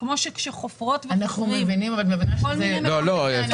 בוודאי ובוודאי בצפון.